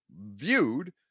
viewed